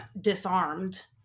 disarmed